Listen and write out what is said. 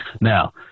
Now